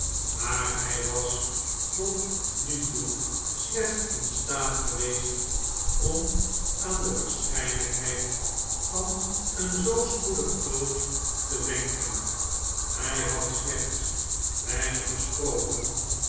maar hij was tot nu toe slechts in staat geweest om aan de w a a r s c h ijkheid van een zoo spoedigen dood te denken hij had slechts weinig gesproken